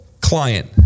Client